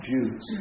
Jews